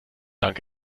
dank